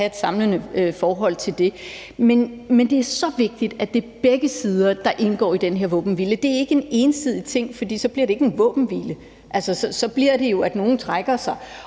at have et samlet forhold til. Men det er så vigtigt, at det er begge sider, der indgår i den her våbenhvile. Det er ikke en ensidig ting, for så bliver det ikke en våbenhvile. Altså, så bliver det jo, at nogen trækker sig,